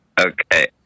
Okay